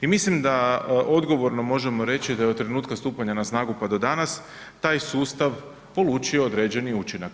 I mislim da odgovorno možemo reći da je od trenutka stupanja na snagu pa do danas taj sustav polučio određeni učinak.